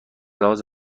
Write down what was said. لحاظ